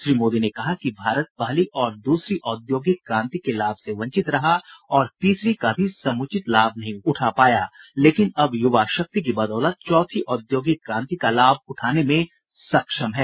श्री मोदी ने कहा कि भारत पहली और दूसरी औद्योगिक क्रांति के लाभ से वंचित रहा और तीसरी का भी समुचित लाभ नहीं उठा पाया लेकिन अब युवा शक्ति की बदौलत चौथी औद्योगिक क्रांति का लाभ उठाने में सक्षम हैं